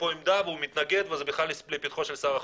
עמדה והוא מתנגד וזה בכלל לפתחו של שר החוץ?